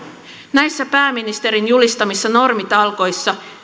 näissä pääministerin julistamissa normitalkoissa